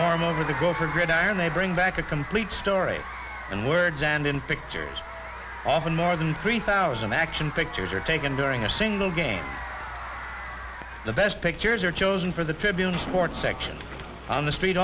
form over the group of gridiron they bring back a complete story in words and in pictures often more than three thousand action pictures are taken during a single game the best pictures are chosen for the tribune sports section on the street